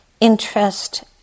interest